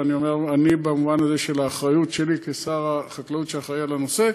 ואני אומר "אני" במובן הזה של האחריות שלי כשר החקלאות שאחראי לנושא.